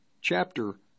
chapter